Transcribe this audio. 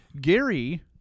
Gary